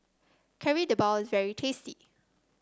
Kari Debal is very tasty